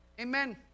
Amen